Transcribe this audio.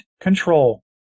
control